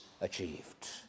achieved